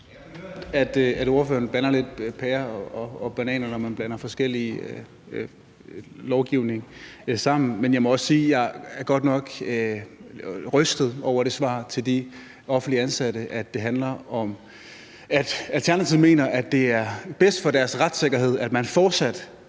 (S): Ordføreren blander lidt pærer og bananer, når man blander forskellige lovgivninger sammen. Jeg må også sige, at jeg godt nok er rystet over det svar til de offentligt ansatte, altså at det handler om, at Alternativet mener, at det er bedst for deres retssikkerhed, at man fortsat